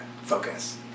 focus